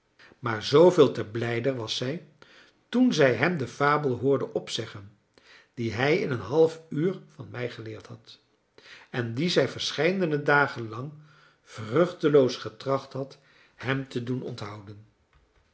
maar zooveel te blijder was zij toen zij hem de fabel hoorde opzeggen die hij in een half uur van mij geleerd had en die zij verscheidene dagen lang vruchteloos getracht had hem te doen onthouden